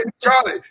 Charlie